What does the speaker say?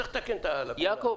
צריך לתקן את הלקונה הזאת.